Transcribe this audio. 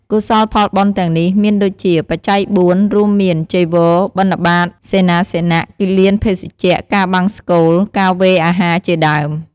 កុសលផលបុណ្យទាំងនេះ មានដូចជាបច្ច័យបួន រួមមាន ចីវរ បិណ្ឌបាត សេនាសនៈ គិលានភេសជ្ជៈ ការបង្សុកូល ការវេអាហារជាដើម។